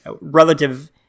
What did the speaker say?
relative